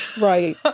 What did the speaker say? Right